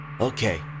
Okay